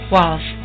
Walls